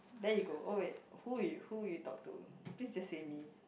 then he go oh wait who you who will you talk to please just say me